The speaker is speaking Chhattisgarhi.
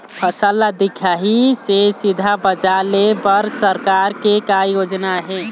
फसल ला दिखाही से सीधा बजार लेय बर सरकार के का योजना आहे?